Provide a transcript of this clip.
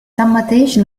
tanmateix